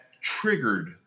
triggered